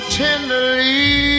tenderly